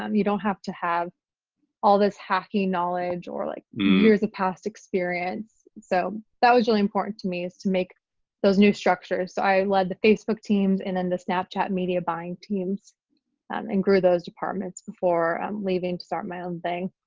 um you don't have to have all this hacking knowledge or like years of past experience. so that was really important to me is to make those new structures. so i led the facebook teams and then the snapchat media buying teams and grew those departments before leaving to start my own thing.